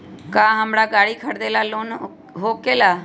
का हमरा गारी खरीदेला लोन होकेला?